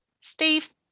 Steve